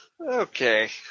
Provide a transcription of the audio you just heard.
Okay